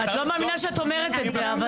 את לא מאמינה שאת אומרת את זה.